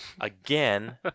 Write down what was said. again